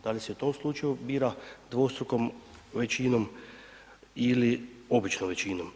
Da li se u tom slučaju bira dvostrukom većinom ili običnom većinom?